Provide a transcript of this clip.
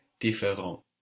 différent